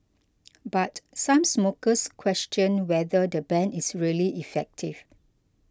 but some smokers question whether the ban is really effective